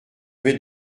vais